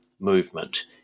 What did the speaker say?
movement